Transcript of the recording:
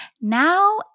now